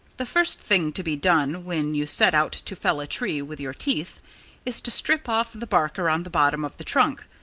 the first thing to be done when you set out to fell a tree with your teeth is to strip off the bark around the bottom of the trunk,